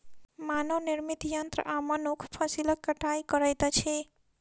मानव निर्मित यंत्र आ मनुख फसिलक कटाई करैत अछि